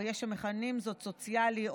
או יש המכנים זאת רקע סוציאלי,